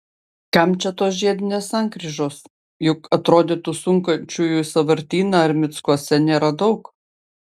kam čia tos žiedinės sankryžos juk atrodytų sukančiųjų į sąvartyną ar mickuose nėra daug